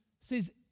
says